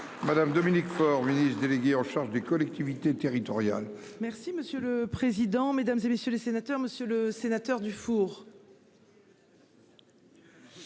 Madame Dominique Faure ministre délégué en charge des collectivités territoriales. Merci monsieur le président, Mesdames, et messieurs les sénateurs, Monsieur le Sénateur du four.